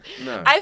No